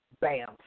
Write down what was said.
bam